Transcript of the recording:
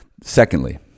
Secondly